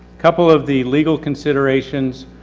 couple of the legal considerations,